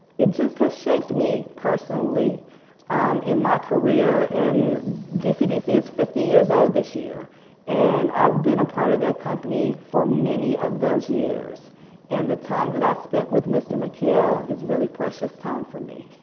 it just has shaped me personally in my career and dcdc's fifty years old this year and i've been a part of that company for many of those years and the time that i spent with mr. mckayle is really precious time for me.